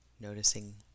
noticing